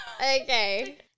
Okay